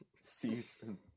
season